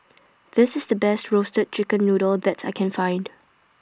This IS The Best Roasted Chicken Noodle that I Can Find